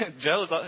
Joe's